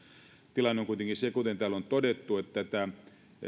tilanne on kuitenkin se kuten täällä on todettu että tätä